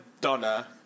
Donna